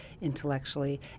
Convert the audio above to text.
intellectually